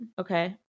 Okay